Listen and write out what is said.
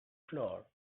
flour